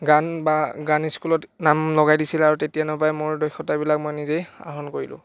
গান বা গান স্কুলত নাম লগাই দিছিলে আৰু তেতিয়ানৰ পৰাই মোৰ দক্ষতাবিলাক মই নিজেই আহৰণ কৰিলোঁ